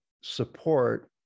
support